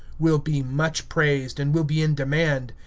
will be much praised, and will be in demand.